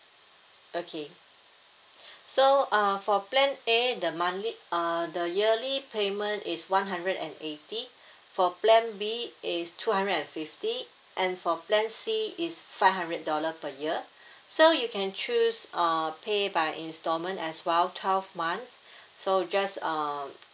okay so uh for plan A the monthly uh the yearly payment is one hundred and eighty for plan B is two hundred and fifty and for plan C is five hundred dollar per year so you can choose uh pay by instalment as well twelve month so just uh